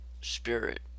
spirit